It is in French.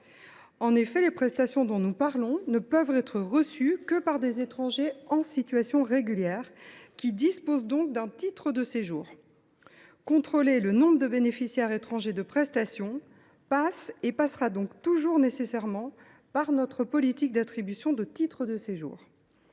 En effet, les prestations dont nous parlons ne peuvent être perçues que par des étrangers en situation régulière, qui disposent donc d’un titre de séjour. Contrôler le nombre de bénéficiaires étrangers de prestations passe aujourd’hui et passera toujours nécessairement par notre politique d’attribution de titres de séjour.